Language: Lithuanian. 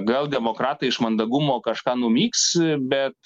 gal demokratai iš mandagumo kažką numyks bet